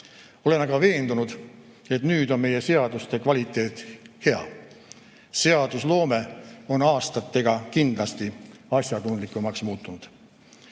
Olen aga veendunud, et nüüd on meie seaduste kvaliteet hea. Seadusloome on aastatega kindlasti asjatundlikumaks muutunud.